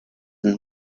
and